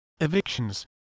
evictions